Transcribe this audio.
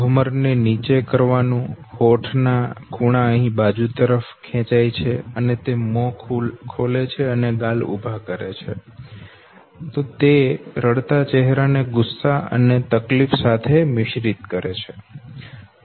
ભમર ને નીચે કરવાનું હોઠ ના ખૂણા બાજુ તરફ ખેંચાય છે અને મોં ખોલે છે અને ગાલ ઉભા કરે છે તે હવે રડતા ચહેરા ને ગુસ્સા અને તકલીફ સાથે મિશ્રિત કરે છે